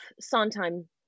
sondheim